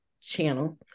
channel